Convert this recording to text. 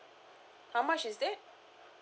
how much is that